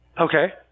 Okay